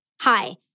Hi